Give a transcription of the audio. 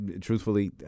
Truthfully